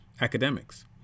academics